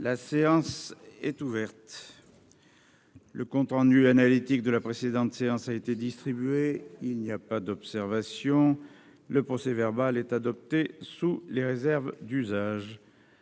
La séance est ouverte, le compte rendu analytique de la précédente séance a été distribué, il n'y a pas d'observation, le procès verbal est adopté sous les réserves d'usage.